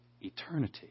eternity